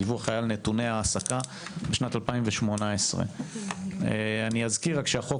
הדיווח היה על נתוני העסקה בשנת 2018. אני אזכיר רק שהחוק